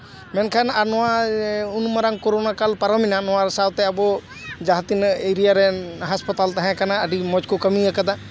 ᱢᱮᱱᱠᱷᱟᱱ ᱟᱨ ᱱᱚᱣᱟ ᱩᱱᱢᱟᱨᱟᱝ ᱠᱚᱨᱳᱱᱟ ᱠᱟᱞ ᱯᱟᱨᱚᱢ ᱱᱚᱣᱟ ᱥᱟᱶᱛᱮ ᱟᱵᱚ ᱡᱟᱦᱟᱸ ᱛᱤᱱᱟᱹᱜ ᱮᱨᱤᱭᱟ ᱨᱮ ᱦᱟᱥᱯᱟᱛᱟᱞ ᱛᱟᱦᱮᱸ ᱠᱟᱱᱟ ᱟᱹᱰᱤ ᱢᱚᱡᱽ ᱠᱚ ᱠᱟᱹᱢᱤ ᱠᱟᱫᱟ